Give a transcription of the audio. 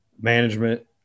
management